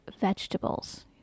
vegetables